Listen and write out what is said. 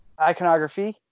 Iconography